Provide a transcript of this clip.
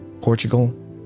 Portugal